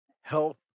health